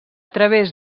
través